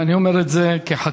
ואני אומר את זה כחקלאי.